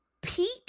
Pete